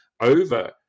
over-